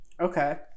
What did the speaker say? okay